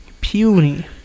Puny